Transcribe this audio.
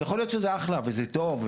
יכול להיות שזה אחלה וזה טוב,